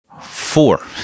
Four